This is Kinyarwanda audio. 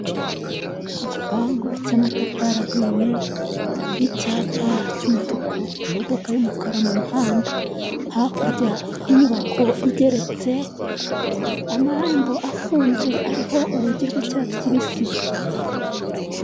Igipangu cy'amatafari ahiye icyapa cy'umutuku imodoka y'umukara m'umuhanda hakurya y'inyubako igeretse amarembo afunze ariho urugi rw'icyatsi kibisi.